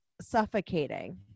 suffocating